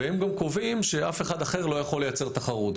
והם גם קובעים שאף אחד אחר לא יכול לייצר תחרות.